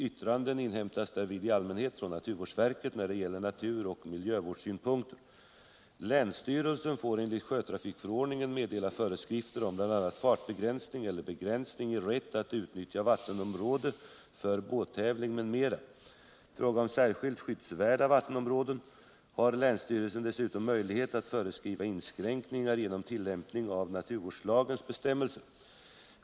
Yttranden inhämtas därvid i allmänhet från 35 racertävlingar med båt naturvårdsverket när det gäller natur och miljövårdssynpunkter.